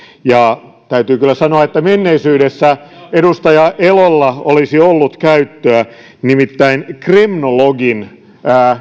ja täytyy kyllä sanoa että menneisyydessä edustaja elolla olisi ollut käyttöä nimittäin kremlologin